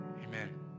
Amen